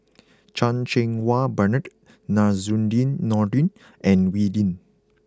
Chan Cheng Wah Bernard Zainudin Nordin and Wee Lin